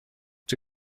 czy